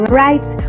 right